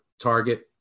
target